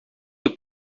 que